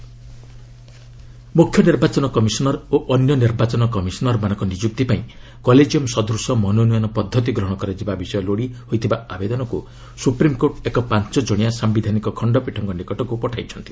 SC CEC ମୁଖ୍ୟ ନିର୍ବାଚନ commissioner ଓ ଅନ୍ୟ ନିର୍ବାଚନ କମିଶନର୍ମାନଙ୍କ ନିଯୁକ୍ତି ପାଇଁ କଲେକିୟମ୍ ସଦୂଶ ମନୋନୟନ ପଦ୍ଧତି ଗ୍ରହଣ କରାଯିବା ବିଷୟ ଲୋଡ଼ି ହୋଇଥିବା ଆବେଦନକୁ ସୁପ୍ରିମ୍କୋର୍ଟ ଏକ ପାଞ୍ଚ ଜଣିଆ ସାମ୍ବିଧାନିକ ଖଣ୍ଡପୀଠଙ୍କ ନିକଟକୁ ପଠାଇଛନ୍ତି